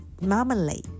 Marmalade